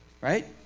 Right